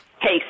Hey